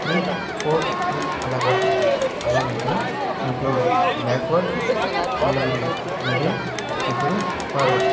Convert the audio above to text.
three four three అలాగాడతాం అలాగంటే ముగ్గురు బ్యాక్వార్డ్ నలుగురు మిడిల్ ముగ్గురు ఫార్వర్డ్